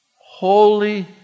Holy